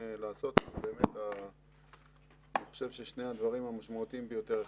לעשות אני חושב ששני הדברים המשמעותיים ביותר הם,